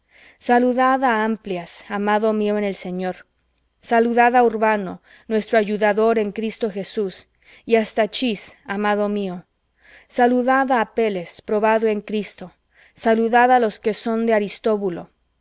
á amplias amado mío en el señor saludad á urbano nuestro ayudador en cristo jesús y á stachs amado mío saludad á apeles probado en cristo saludad á los que son de aristóbulo